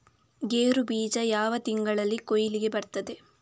ಗೇರು ಬೀಜ ಯಾವ ತಿಂಗಳಲ್ಲಿ ಕೊಯ್ಲಿಗೆ ಬರ್ತದೆ?